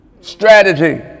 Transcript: Strategy